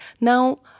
Now